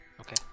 Okay